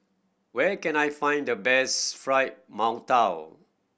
where can I find the best Fried Mantou